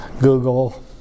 Google